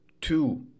two